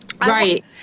Right